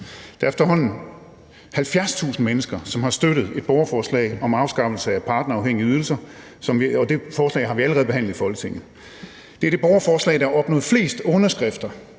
er efterhånden 70.000 mennesker, som har støttet et borgerforslag om afskaffelse af partnerafhængige ydelser, og det forslag har vi allerede behandlet i Folketinget. Det er det borgerforslag, der har opnået flest underskrifter